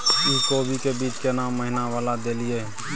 इ कोबी के बीज केना महीना वाला देलियैई?